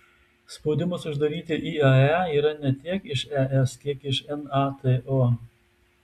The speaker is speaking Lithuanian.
spaudimas uždaryti iae yra ne tiek iš es kiek iš nato